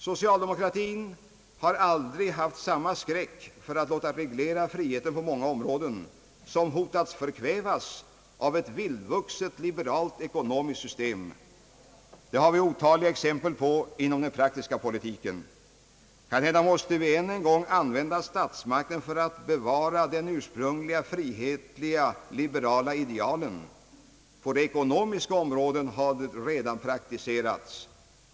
Socialdemokratin har aldrig haft samma skräck för att låta reglera friheten på många områden, vilka hotats att bli förkvävda av ett vildvuxet liberalt ekonomiskt system. Det kan vi ge otaliga exempel på i den praktiska politiken. Kanhända måste vi än en gång använda statsmakten för att bevara de ursprungliga frihetliga liberala idealen? På det ekonomiska området har det redan praktiserats.